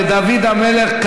לדוד המלך,